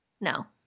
No